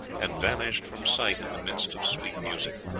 and vanished from sight in the midst of sweet music.